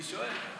אני שואל.